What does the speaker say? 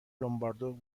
لومبرادو